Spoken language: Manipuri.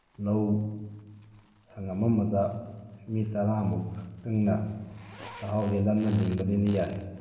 ꯂꯧ ꯁꯪꯉꯝ ꯑꯃꯗ ꯃꯤ ꯇꯔꯥ ꯃꯨꯛꯇꯪꯅ ꯆꯥꯛꯍꯥꯎꯗꯤ ꯂꯜꯅ ꯂꯥꯡꯕꯅꯤꯅ ꯌꯥꯏ